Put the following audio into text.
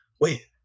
Wait